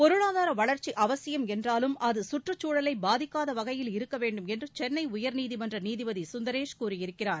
பொருளாதார வளர்ச்சி அவசியம் என்றாலும் அது சுற்றுச்சூழலை பாதிக்காத வகையில் இருக்க வேண்டும் என்று சென்னை உயர்நீதிமன்ற நீதிபதி திரு சுந்தரேஷ் கூறியிருக்கிறார்